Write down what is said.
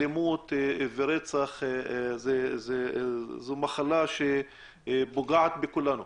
אלימות ורצח זו מחלה שפוגעת בכולנו.